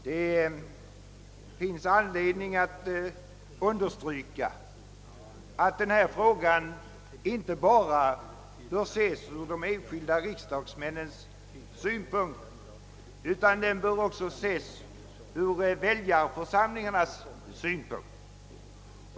Det finns anledning att understryka att den här frågan inte bara bör ses ur de enskilda riksdagsmännens synpunkt utan också ur väljarförsamlingarnas synpunkt.